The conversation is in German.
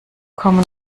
common